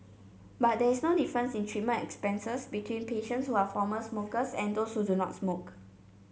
but there is no difference in treatment expenses between patients who are former smokers and those who do not smoke